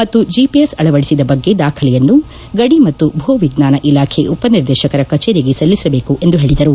ಮತ್ತು ಜಿಪಿಎಸ್ ಅಳವಡಿಸಿದ ಬಗ್ಗೆ ದಾಖಲೆಯನ್ನು ಗಣಿ ಮತ್ತು ಭೂ ವಿಜ್ಞಾನ ಇಲಾಖೆ ಉಪನಿರ್ದೇಶಕರ ಕಚೇರಿಗೆ ಸಲ್ಲಿಸಬೇಕು ಎಂದು ಹೇಳಿದರು